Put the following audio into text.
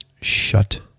Shut